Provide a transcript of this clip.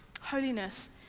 Holiness